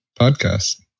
podcast